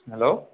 hello